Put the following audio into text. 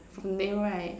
the nail right